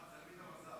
נתקבלה.